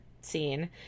scene